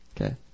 Okay